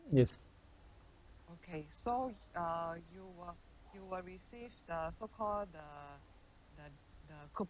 yes